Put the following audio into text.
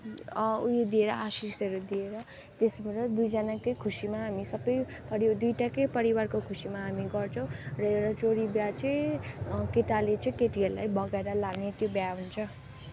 उयो दिएर आशिष्हरू दिएर त्यसबाट दुईजना कै खुसीमा हामी सबै र यो दुईवटा कै परिवारको खुसीमा हामी गर्छौँ र एउटा चोरी विवाह चाहिँ केटाले चाहिँ केटीहरूलाई भगाएर लाने त्यो विवाह हुन्छ